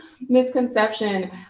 misconception